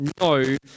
No